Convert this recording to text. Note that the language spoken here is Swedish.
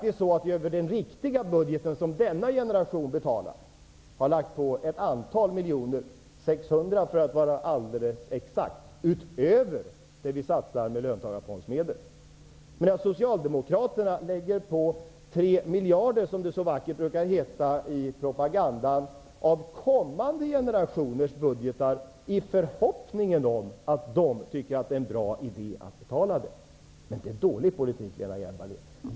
I den riktiga budgeten, som den här generationen betalar, har vi lagt på ett antal miljoner -- 600 miljoner för att vara alldeles exakt -- utöver det vi satsar med löntagarfondsmedel. Socialdemokraterna lägger däremot på 3 miljarder -- som det så vackert brukar heta i propagandan -- av kommande generationers budget i förhoppningen om att de skall tycka att det är en bra idé att betala detta. Det är en dålig politik, Lena Hjelm-Wallén.